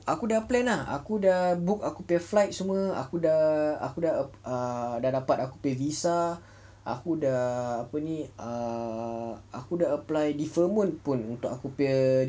aku dah plan ah aku dah book aku apa flight semua aku dah aku dah err dah dapat dah visa aku dah apa ni err aku dah apply deferment pun untuk aku punya